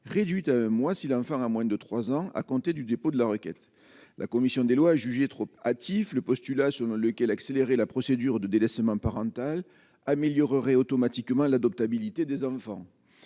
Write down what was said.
réduite moi si l'à moins de 3 ans à compter du dépôt de la requête, la commission des lois jugées trop hâtif le postulat selon lequel accélérer la procédure de délaissement parental améliorerait automatiquement l'adaptabilité des enfants